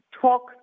talk